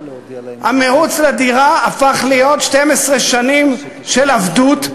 המירוץ לדירה הפך להיות 12 שנים של עבדות,